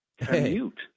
commute